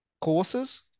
courses